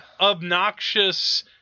obnoxious